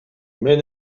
мен